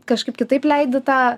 kažkaip kitaip leidi tą